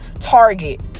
target